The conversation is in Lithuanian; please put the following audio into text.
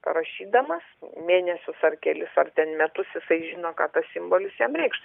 rašydamas mėnesius ar kelis ar ten metus jisai žino ką tas simbolis jam reikš